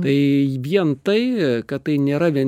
tai vien tai kad tai nėra vien